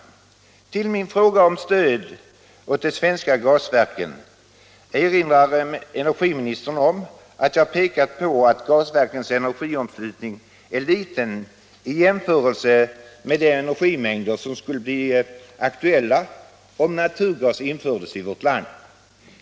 Som svar på min fråga om stöd åt de svenska gasverken erinrar energiministern om att jag pekat på att gasverkens energiomslutning är liten i jämförelse med de energimängder som blir aktuella om naturgas införs i vårt land.